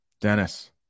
Dennis